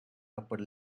upper